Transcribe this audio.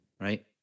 right